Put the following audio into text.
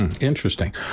Interesting